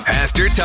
Pastor